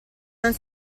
non